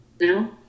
No